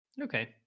Okay